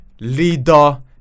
leader